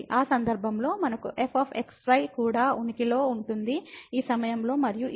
ఆ సందర్భంలో మనకు fxy కూడా ఉనికిలో ఉంటుంది ఈ సమయంలో మరియు ఇది fyx విలువకు సమానంగా ఉంటుంది